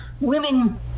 women